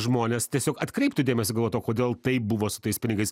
žmonės tiesiog atkreiptų dėmesį galvotų o kodėl taip buvo su tais pinigais